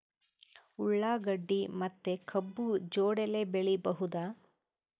ಉಳ್ಳಾಗಡ್ಡಿ ಮತ್ತೆ ಕಬ್ಬು ಜೋಡಿಲೆ ಬೆಳಿ ಬಹುದಾ?